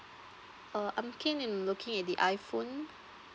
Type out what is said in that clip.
uh I'm keen in looking at the iphone